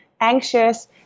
anxious